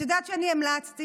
את יודעת שאני המלצתי,